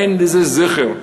אין לזה זכר.